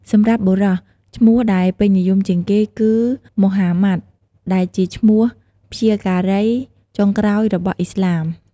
សម្រាប់បុរស ឈ្មោះដែលពេញនិយមជាងគេគឺ ម៉ូហាម៉ាត់ ដែលជាឈ្មោះព្យាការីចុងក្រោយរបស់ឥស្លាម។